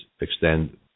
extend